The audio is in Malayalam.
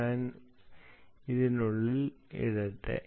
ഞാൻ ഇതിനുള്ളിൽ ഇടട്ടെ